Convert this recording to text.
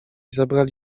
zabrali